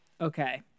Okay